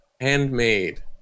handmade